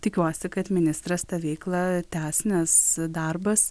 tikiuosi kad ministras tą veiklą tęs nes darbas